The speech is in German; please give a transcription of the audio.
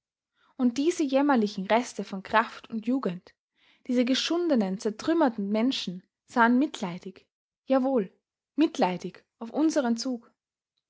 und diese jämmerlichen reste von kraft und jugend diese geschundenen zertrümmerten menschen sahen mitleidig jawohl mitleidig auf unseren zug